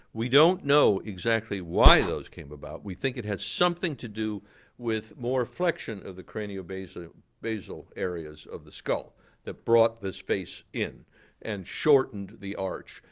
we don't know exactly why those came about. we think it had something to do with more flexion of the cranial basal um basal areas of the skull that brought this face in and shortened the arch.